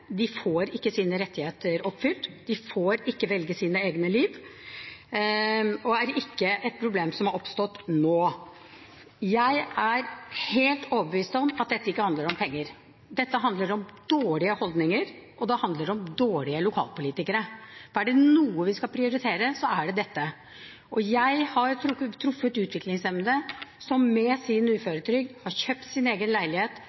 De får ikke sine rettigheter oppfylt. De får ikke velge sitt eget liv. Det er ikke et problem som har oppstått nå. Jeg er helt overbevist om at dette ikke handler om penger. Dette handler om dårlige holdninger, og det handler om dårlige lokalpolitikere, for er det noe vi skal prioritere, er det dette. Jeg har truffet utviklingshemmede som med sin uføretrygd har kjøpt sin egen leilighet,